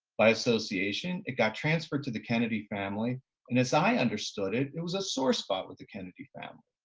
by association it got transferred to the kennedy family and as i understood it, it was a sore spot with the kennedy family.